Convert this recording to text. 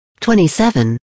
27